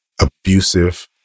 abusive